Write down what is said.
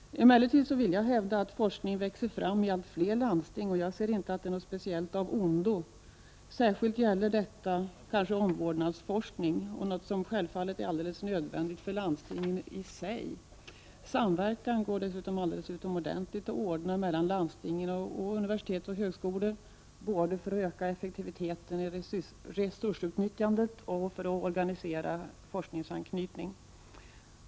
Emellertid vill jag hävda att forskning växer fram i allt fler landsting, och jag ser inte detta som något av ondo. Särskilt gäller det kanske omvårdnadsforskning, något som självfallet är alldeles nödvändigt för landstingen. Samverkan går dessutom alldeles utomordentligt bra att ordna mellan landsting, universitet och högskolor, både för att öka effektiviteten i resursutnyttjandet och för att organisera forskningsanknytning.